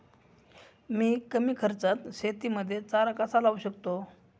मी कमी खर्चात शेतीमध्ये चारा कसा लावू शकतो?